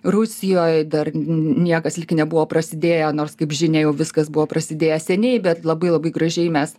rusijoj dar niekas lyg nebuvo prasidėję nors kaip žinia jau viskas buvo prasidėję seniai bet labai labai gražiai mes